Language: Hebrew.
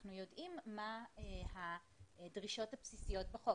אנחנו יודעים מה הדרישות הבסיסיות בחוק.